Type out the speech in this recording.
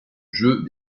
jeu